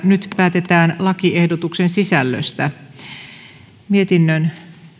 nyt päätetään lakiehdotusten sisällöstä mietinnön